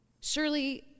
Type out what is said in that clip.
surely